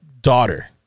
daughter